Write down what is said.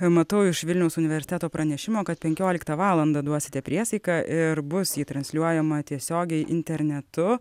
matau iš vilniaus universiteto pranešimo kad penkioliktą valandą duosite priesaiką ir bus ji transliuojama tiesiogiai internetu